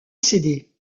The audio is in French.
cédé